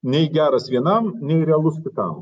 nei geras vienam nei realus kitam